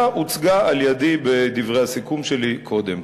הוצגה על-ידי בדברי הסיכום שלי קודם.